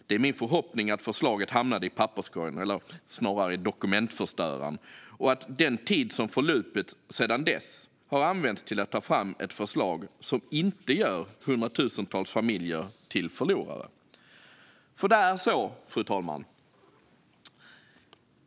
Det är min förhoppning att förslaget hamnade i papperskorgen eller snarare i dokumentförstöraren och att den tid som förlupit sedan dess har använts till att ta fram ett förslag som inte gör hundratusentals familjer till förlorare. Fru talman!